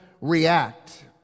react